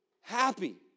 happy